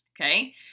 Okay